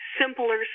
simpler